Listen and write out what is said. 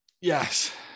Yes